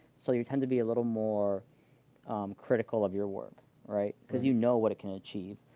so you tend to be a little more critical of your work right? because you know what it can achieve.